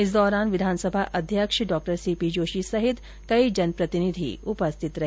इस दौरान विधानसभा अध्यक्ष डॉ सीपी जोशी सहित जनप्रतिनिधि उपस्थित रहे